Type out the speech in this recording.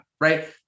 right